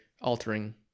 altering